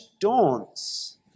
dawns